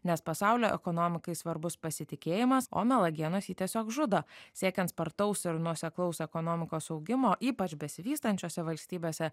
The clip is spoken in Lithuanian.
nes pasaulio ekonomikai svarbus pasitikėjimas o melagienos jį tiesiog žudo siekiant spartaus ir nuoseklaus ekonomikos augimo ypač besivystančiose valstybėse